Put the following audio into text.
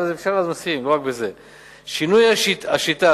שינוי השיטה,